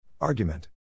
Argument